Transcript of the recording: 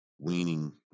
weaning